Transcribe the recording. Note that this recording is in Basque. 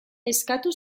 eskatu